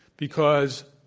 because,